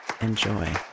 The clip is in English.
Enjoy